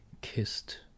kissed